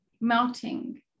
melting